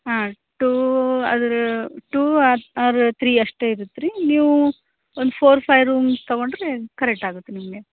ಹಾಂ ಟೂ ಅದ್ರ ಟೂ ಅದು ಆರ್ ತ್ರೀ ಅಷ್ಟು ಇರುತ್ತೆ ರೀ ನೀವು ಒಂದ್ ಫೋರ್ ಫೈ ರೂಮ್ ತಗೊಂಡರೆ ಕರೆಕ್ಟಾಗುತ್ತೆ ನಿಮಗೆ